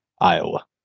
Iowa